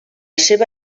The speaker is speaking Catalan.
seva